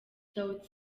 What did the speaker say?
sauti